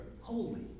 holy